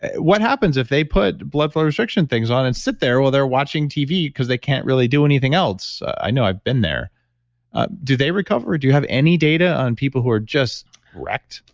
what happens if they put blood flow restriction things on and sit there while they're watching tv because they can't really do anything else? i know i've been there ah do they recover? do you have any data on people who are just wrecked?